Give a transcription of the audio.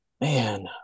Man